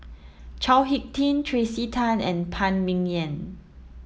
Chao Hick Tin Tracey Tan and Phan Ming Yen